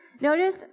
Notice